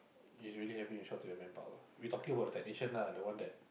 is really having a short to your manpower we talking about the technician lah the one that